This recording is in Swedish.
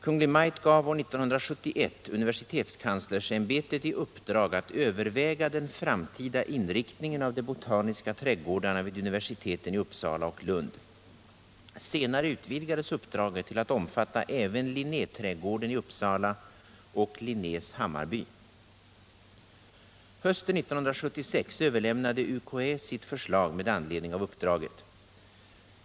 Kungl. Maj:t gav år 1971 universitetskanslersämbetet i uppdrag att överväga den framtida inriktningen av de botaniska trädgårdarna vid universiteten i Uppsala och Lund. Senare utvidgades uppdraget till att omfatta även Linnéträdgården i Uppsala och Linnés Hammarby. Hösten 1976 överlämnade UKÄ sitt förslag med anledning av uppdraget.